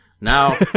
now